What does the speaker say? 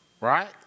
right